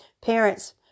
Parents